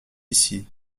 ici